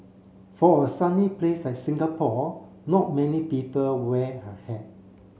for a sunny place like Singapore not many people wear a hat